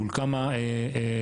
מול כמה לומדים,